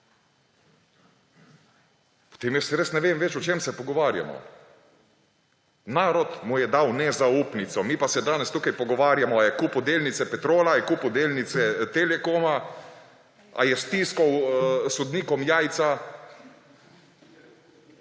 potem res ne vem več, o čem se pogovarjamo. Narod mu je dal nezaupnico! Mi pa se danes tukaj pogovarjamo, ali je kupil delnice Petrola, ali je kupil delnice Telekoma, ali je stiskal sodnikom jajca.